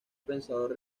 pensador